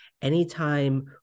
Anytime